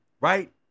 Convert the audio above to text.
Right